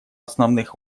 основных